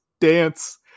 dance